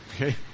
Okay